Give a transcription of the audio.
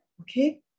Okay